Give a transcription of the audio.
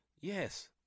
Yes